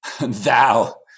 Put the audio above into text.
Thou